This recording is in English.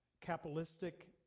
capitalistic